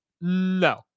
No